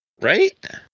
Right